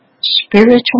spiritual